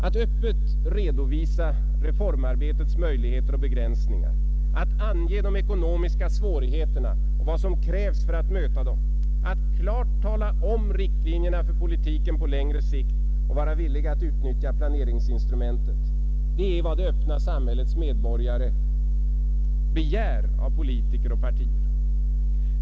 Att öppet redovisa reformarbetets möjligheter och begränsningar, att ange de ekonomiska svårigheterna och vad som krävs för att möta dem, att klart tala om riktlinjerna för politiken på längre sikt och vara villig att utnyttja planeringsinstrumentet — det är vad det öppna samhällets medborgare begär av politiker och partier.